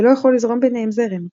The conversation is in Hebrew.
ולא יכול לזרום ביניהם זרם.